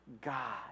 God